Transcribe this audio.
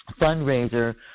fundraiser